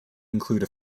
include